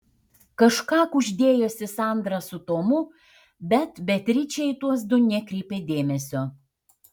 kažką kuždėjosi sandra su tomu bet beatričė į tuos du nekreipė dėmesio